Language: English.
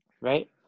right